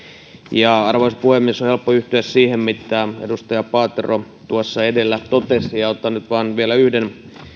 arvoisa puhemies on helppo yhtyä siihen mitä edustaja paatero tuossa edellä totesi otan nyt vaan vielä yhden